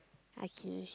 okay